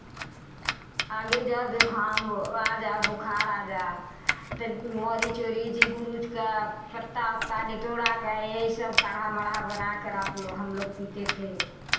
आगे जा ज़ुखाम आजा बुखार आजा ते मरीच ओरिच गुरुच का पत्ता ओत्ता निटोड़ा का यही सब काढ़ा माढ़ा बनाकर आप लोग हम लोग पीते थे